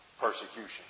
Persecution